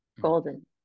Golden